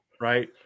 Right